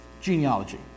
genealogy